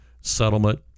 settlement